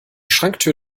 schranktür